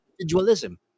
individualism